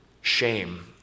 shame